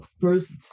first